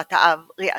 לטובת האב, ריאצ'י.